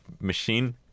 machine-